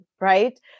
right